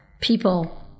people